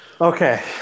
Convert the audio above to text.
okay